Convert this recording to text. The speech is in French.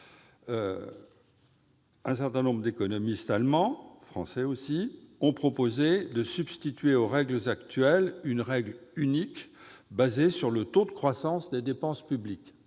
Un certain nombre d'économistes allemands et français ont proposé de substituer aux règles actuelles une règle unique fondée sur le taux de croissance des dépenses publiques.